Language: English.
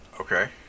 Okay